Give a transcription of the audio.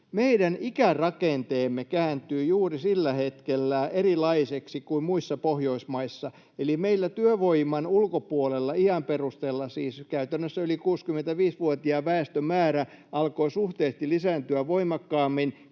meidän ikärakenteemme kääntyi juuri sillä hetkellä erilaiseksi kuin muissa Pohjoismaissa. Eli meillä iän perusteella työvoiman ulkopuolella olevan väestön, siis käytännössä yli 65-vuotiaan väestön, määrä alkoi suhteellisesti lisääntyä voimakkaammin